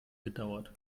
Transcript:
gedauert